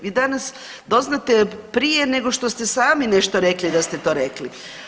Vi danas doznate prije nego što ste sami nešto rekli da ste to rekli.